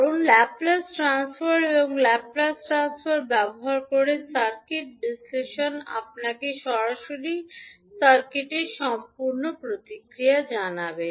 কারণ Laplace transform এবং Laplace transform ব্যবহার করে সার্কিট বিশ্লেষণ আপনাকে সরাসরি সার্কিটের সম্পূর্ণ প্রতিক্রিয়া জানাবে